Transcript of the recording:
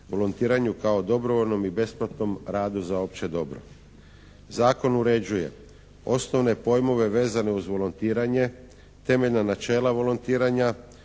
Volontiranju kao dobrovoljnom i besplatnom radu za opće dobro. Zakon uređuje osnovne pojmove vezane uz: volontiranje, temeljna načela volontiranja,